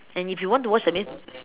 and if you want to watch that means